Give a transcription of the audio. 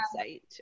website